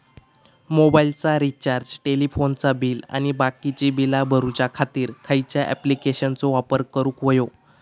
मोबाईलाचा रिचार्ज टेलिफोनाचा बिल आणि बाकीची बिला भरूच्या खातीर खयच्या ॲप्लिकेशनाचो वापर करूक होयो?